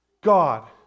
God